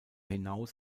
hinaus